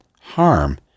harm